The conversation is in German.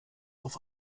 auf